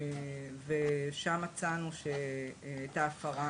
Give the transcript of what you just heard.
ושם מצאנו שהייתה הפרה